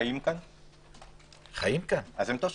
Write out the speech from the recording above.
אם הם חיים פה, הוא תושב.